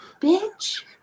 bitch